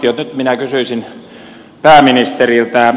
nyt minä kysyisin pääministeriltä